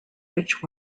which